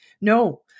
No